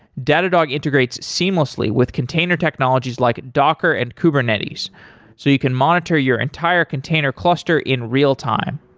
datadog integrates seamlessly with container technologies like docker and kubernetes so you can monitor your entire container cluster in real-time.